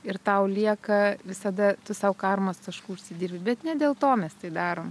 ir tau lieka visada sau karmos taškų užsidirbi bet ne dėl to mes tai darom